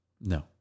No